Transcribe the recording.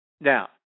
Now